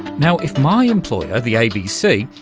now, if my employer, the abc,